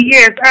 Yes